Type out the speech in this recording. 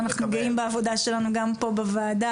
ואנחנו גאים בעבודה שלנו גם פה בוועדה,